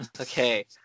Okay